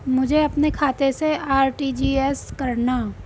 मुझे अपने खाते से आर.टी.जी.एस करना?